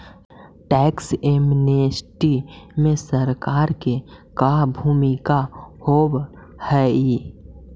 tax amnesty में सरकार के का भूमिका होव हई